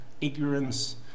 ignorance